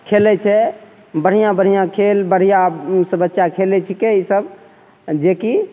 खेलय छै बढ़िआँ बढ़िआँ खेल बढ़िआँसँ बच्चा खेलय छीकै ईसब जेकि